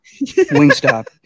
Wingstop